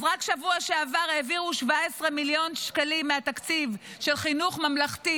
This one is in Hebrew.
רק בשבוע שעבר העבירו 17 מיליון שקלים מהתקציב של חינוך ממלכתי